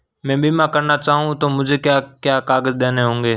मैं बीमा करना चाहूं तो मुझे क्या क्या कागज़ देने होंगे?